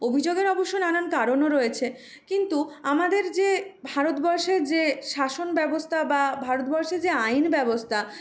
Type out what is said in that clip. অভিযোগের অবশ্য নানান কারণও রয়েছে কিন্তু আমাদের যে ভারতবর্ষের যে শাসনব্যবস্থা বা ভারতবর্ষে যে আইনব্যবস্থা